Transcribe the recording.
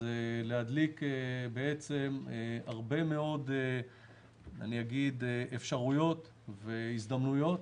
זה מדליק הרבה מאוד אפשרויות והזדמנויות.